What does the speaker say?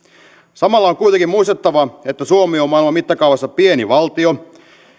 samalla on kuitenkin muistettava että suomi on maailman mittakaavassa pieni valtio